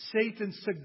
Satan's